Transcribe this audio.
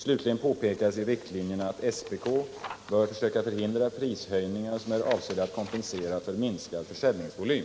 Slutligen påpekas i riktlinjerna att SPK bör försöka förhindra prishöjningar, som är avsedda att kom 5 pensera för minskad försäljningsvolym.